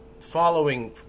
following